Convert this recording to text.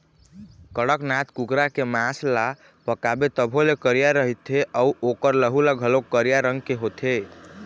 कड़कनाथ कुकरा के मांस ल पकाबे तभो ले करिया रहिथे अउ ओखर लहू ह घलोक करिया रंग के होथे